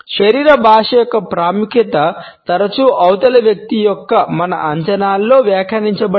శరీర భాష యొక్క ప్రాముఖ్యత తరచూ అవతలి వ్యక్తి యొక్క మన అంచనాలో వ్యాఖ్యానించబడింది